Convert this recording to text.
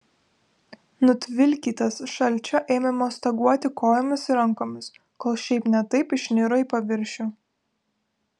nutvilkytas šalčio ėmė mostaguoti kojomis ir rankomis kol šiaip ne taip išniro į paviršių